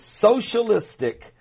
socialistic